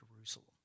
Jerusalem